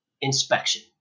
inspection